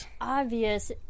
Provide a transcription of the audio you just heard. obvious